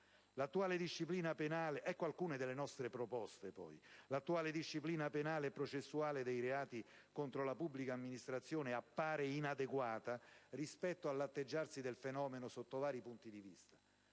L'attuale disciplina penale e processuale dei reati contro la pubblica amministrazione appare, infatti, inadeguata rispetto all'atteggiarsi concreto del fenomeno sotto vari punti di vista: